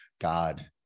God